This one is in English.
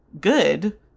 good